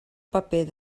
paper